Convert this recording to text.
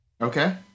Okay